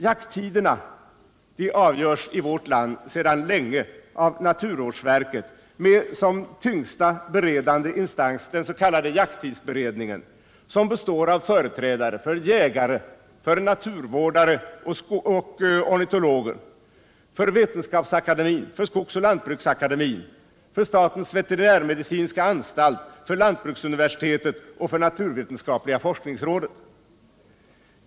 Jakttiderna avgörs sedan länge i vårt land av naturvårdsverket med som tyngsta beredande instans den s.k. jakttidsberedningen, som består av företrädare för jägare, naturvårdare och ornitologer, för Vetenskapsakademien och Skogsoch lantbruksakademien, för statens veterinärmedicinska anstalt, för lantbruksuniversitetet och för natuvetenskapliga forskningsrådet.